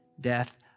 death